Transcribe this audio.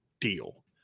deal